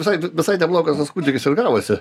visai visai neblogas tas kūdikis ir gavosi